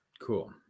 Cool